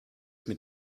mit